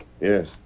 Yes